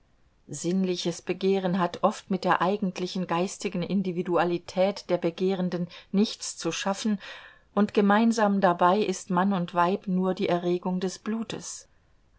sinnliches begehren hat oft mit der eigentlichen geistigen individualität der begehrenden nichts zu schaffen und gemeinsam dabei ist mann und weib nur die erregung des blutes